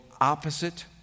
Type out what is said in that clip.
opposite